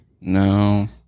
no